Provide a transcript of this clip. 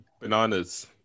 Bananas